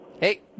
Hey